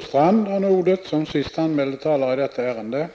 som vi får återkomma till.